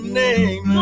name